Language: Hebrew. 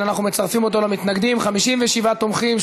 זמנך תם.